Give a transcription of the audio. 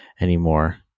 anymore